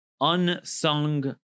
unsung